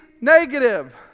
negative